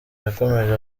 yakomeje